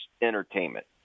entertainment